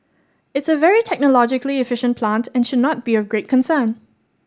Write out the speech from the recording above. it's a very technologically efficient plant and should not be of great concern